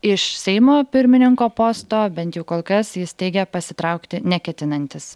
iš seimo pirmininko posto bent jau kol kas jis teigia pasitraukti neketinantis